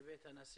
לבית הנשיא,